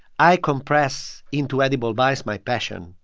i compress into edible bites my passion.